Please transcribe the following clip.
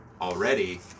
already